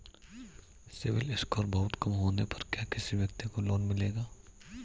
CIBIL score बहुत कम होने पर क्या किसी व्यक्ति को लोंन मिलेगा?